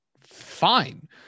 fine